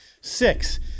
Six